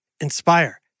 Inspire